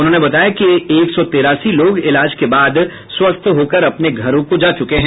उन्होंने बताया कि एक सौ तिरासी लोग इलाज के बाद स्वस्थ्य होकर अपने घरों को जा चुके हैं